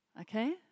Okay